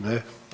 Ne.